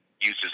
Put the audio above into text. uses